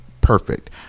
perfect